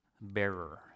bearer